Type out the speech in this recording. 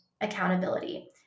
accountability